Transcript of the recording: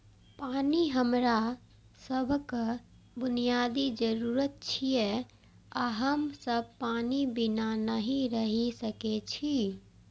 पानि हमरा सभक बुनियादी जरूरत छियै आ हम सब पानि बिना नहि रहि सकै छी